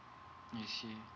I see